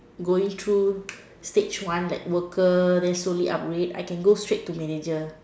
going through stage one like worker then slowly upgrade I can go straight to manager